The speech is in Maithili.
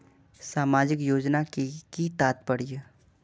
सामाजिक योजना के कि तात्पर्य?